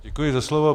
Děkuji za slovo.